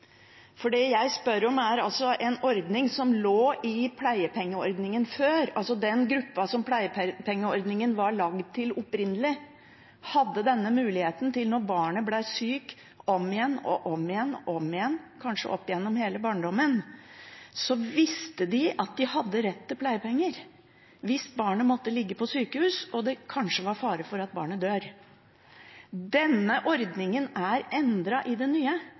for det jeg spør om, er en ordning som lå i pleiepengeordningen før. Den gruppa som pleiepengeordningen opprinnelig var laget for, hadde denne muligheten. Når barnet ble sykt – om igjen og om igjen, kanskje opp gjennom hele barndommen – visste de at de hadde rett til pleiepenger hvis barnet måtte ligge på sykehus og det kanskje var fare for at barnet døde. Denne ordningen er endret i den nye,